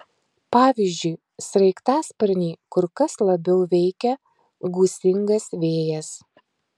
pavyzdžiui sraigtasparnį kur kas labiau veikia gūsingas vėjas